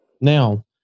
Now